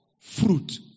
Fruit